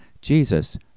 jesus